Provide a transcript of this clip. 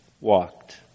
walked